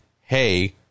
Hey